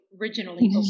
originally